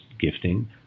gifting